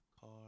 car